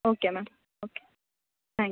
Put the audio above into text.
okay ma'am okay